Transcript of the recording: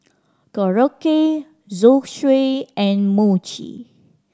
Korokke Zosui and Mochi